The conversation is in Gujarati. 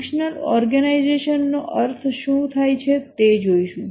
ફંક્શનલ ઓર્ગેનાઈઝેશન દ્વારા શું અર્થ થાય છે તે જોઈશું